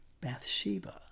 Bathsheba